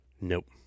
Nope